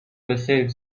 بخیر